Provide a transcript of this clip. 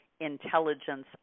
intelligence